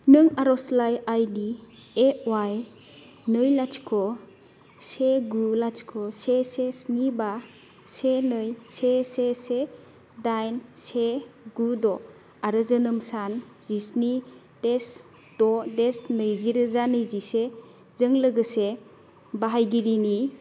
नों आरजलाइ आइ डि ए अवाइ नै लाथिख' से गु लाथिख' से से स्नि बा से नै से से से दाइन से गु द' आरो जोनोम सान जिस्नि देस द देस नैजि रोजा नै जि से जों लोगोसे बाहायगिरिनि